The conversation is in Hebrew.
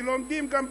שלומדים גם בפקולטות.